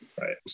Right